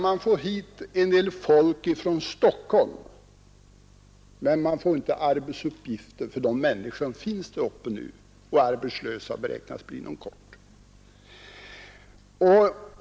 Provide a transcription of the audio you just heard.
Man får dit en del folk från Stockholm, men man får inte arbetsuppgifter för de människor där uppe som väntas bli arbetslösa inom kort.